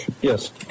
Yes